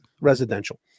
residential